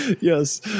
Yes